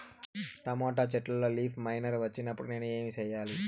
Tomato చెట్టులో leaf miner వచ్చినప్పుడు నేను ఏమి చెయ్యాలి?